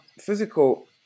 physical